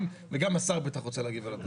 וגם השר בטח רוצה להגיב על הדברים.